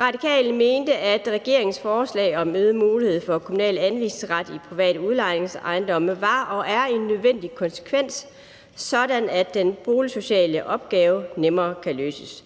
Radikale mente, at regeringens forslag om øget mulighed for kommunal anvisningsret i private udlejningsejendomme var og er en nødvendig konsekvens, sådan at den boligsociale opgave nemmere kan løses.